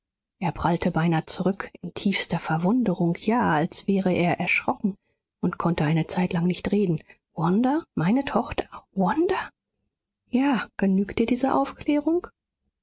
er prallte beinah zurück in tiefster verwunderung ja als wäre er erschrocken und konnte eine zeitlang nicht reden wanda meine tochter wanda ja genügt dir diese aufklärung